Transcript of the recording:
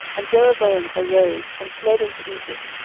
and jeroboam arose, and fled into egypt,